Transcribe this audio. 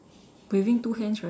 raising two hands right